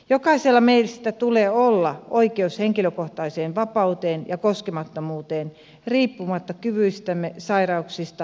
jokaisella meistä tulee olla oi keus henkilökohtaiseen vapauteen ja koskemattomuuteen riippumatta kyvyistämme sairauksista tai vammasta